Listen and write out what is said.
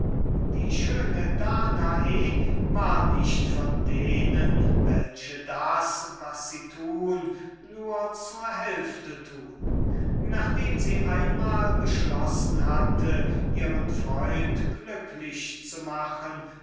die schöne danae war keine von denen welche das was sie tun nur zur hälfte tun nachdem sie einmal beschlossen hatte ihren freund glücklich zu machen